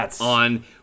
on